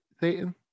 Satan